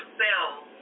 cells